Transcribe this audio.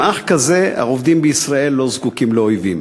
עם אח כזה העובדים בישראל לא זקוקים לאויבים.